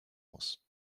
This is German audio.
muss